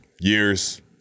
years